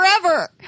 forever